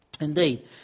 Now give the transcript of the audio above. Indeed